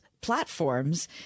platforms